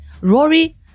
Rory